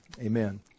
Amen